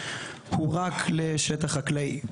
הוא רק לשטח חקלאי.